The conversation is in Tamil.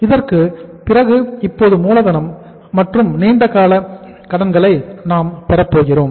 இதற்குப் பிறகு இப்போது மூலதனம் மற்றும் நீண்ட கால கடன்களை நாம் பெறப் போகிறோம்